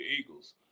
Eagles